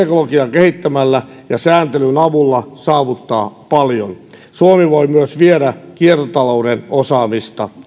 kehittämällä ja sääntelyn avulla saavuttaa paljon suomi voi myös viedä kiertotalouden osaamista